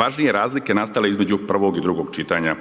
Važnije razlike nastale između prvog i drugog čitanja,